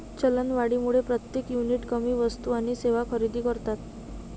चलनवाढीमुळे प्रत्येक युनिट कमी वस्तू आणि सेवा खरेदी करतात